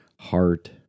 heart